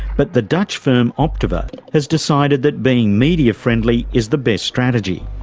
but the dutch firm optiver has decided that being media-friendly is the best strategy.